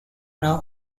now